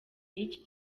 y’iki